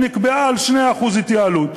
שנקבעה על 2% התייעלות.